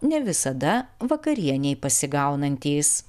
ne visada vakarienei pasigaunantys